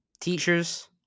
Teachers